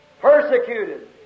Persecuted